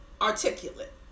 articulate